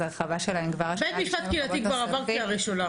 אז הרחבה שלהם כבר השנה --- בית משפט קהילתי כבר עבר קריאה ראשונה.